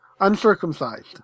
uncircumcised